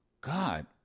God